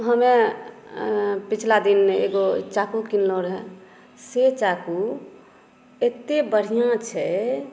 हम्मे पिछला दिन एगो चाकू कीनलहुॅं रऽ से चाकू एतय बढ़िऑं छै